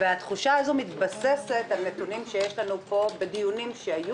התחושה הזו מתבססת על נתונים שיש לנו פה בדיונים שהיו